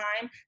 time